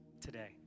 today